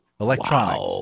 electronics